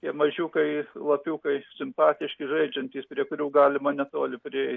tie mažiukai lapiukai simpatiški žaidžiantys prie kurių galima netoli prieit